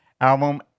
album